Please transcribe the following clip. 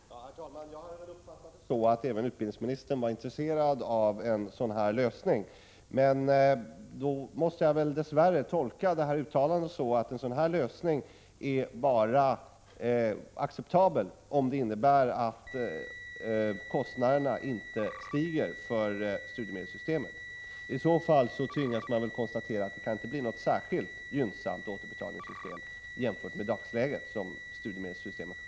Herr talman! Jag hade uppfattat det så att även utbildningsministern var intresserad av en sådan lösning. Jag måste dess värre tolka hans uttalande så att en sådan lösning bara är acceptabel om den innebär att kostnaderna inte stiger för studiemedelssystemet. I så fall tvingas man konstatera att det inte kan bli ett särskilt gynnsamt återbetalningssystem jämfört med dagens.